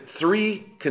three